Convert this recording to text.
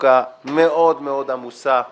היא לא הספיקה לספור.